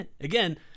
Again